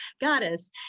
goddess